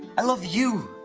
i love you.